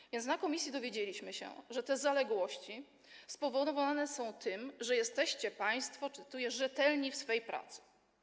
Na posiedzeniu komisji dowiedzieliśmy się, że te zaległości spowodowane są tym, że jesteście państwo, cytuję, rzetelni w swej pracy.